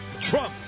Trump